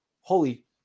holy